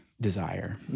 Desire